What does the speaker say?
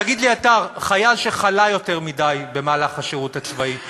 תגיד לי אתה: חייל שחלה יותר מדי בשירות הצבאי,